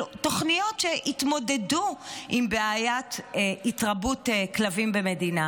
תוכניות שהתמודדו עם בעיית התרבות כלבים במדינה,